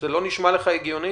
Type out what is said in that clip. זה לא נשמע לך הגיוני?